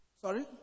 Sorry